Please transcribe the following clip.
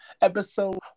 episode